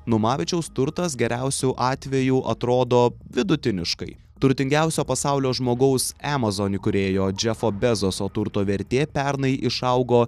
numavičiaus turtas geriausiu atveju atrodo vidutiniškai turtingiausio pasaulio žmogaus amazon įkūrėjo džozefo bezoso turto vertė pernai išaugo